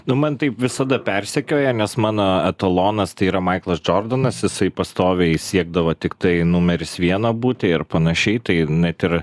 nu man taip visada persekioja nes mano etalonas tai yra maiklas džordanas jisai pastoviai siekdavo tiktai numeris viena būti ir panašiai tai net ir